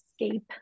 escape